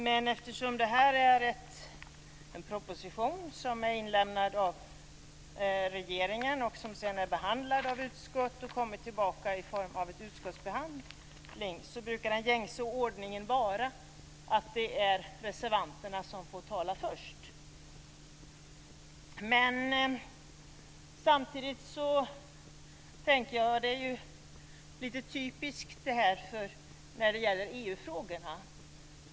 Men eftersom detta är en proposition som är inlämnad av regeringen och sedan behandlad av utskottet och som nu har kommit tillbaka i form av ett utskottsbetänkande så brukar den gängse ordningen vara att det är reservanterna som får tala först. Men samtidigt är ju detta lite typiskt för EU frågorna.